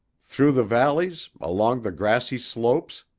through the valleys, along the grassy slopes,